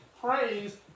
praise